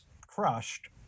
crushed